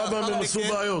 ברמב"ם הם עשו בעיות.